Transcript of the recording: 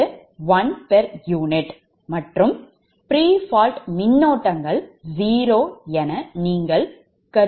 𝑜 p𝑢 மற்றும் முன்pre fault மின்னோட்டங்கள் 0 என நீங்கள் கருதுகிறீர்கள்